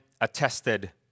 attested